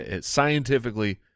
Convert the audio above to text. Scientifically